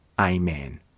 Amen